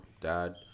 dad